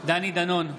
דני דנון,